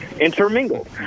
intermingled